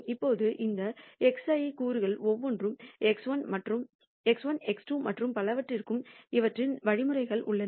இப்போது இந்த xi கூறுகள் ஒவ்வொன்றும் x1 x2 மற்றும் பலவற்றிற்கும் அவற்றின் வழிமுறைகள் உள்ளன